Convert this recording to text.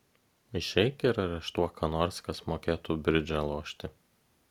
išeik ir areštuok ką nors kas mokėtų bridžą lošti